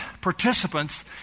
participants